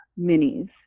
minis